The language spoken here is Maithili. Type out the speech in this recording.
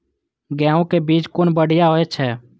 गैहू कै बीज कुन बढ़िया होय छै?